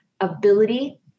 ability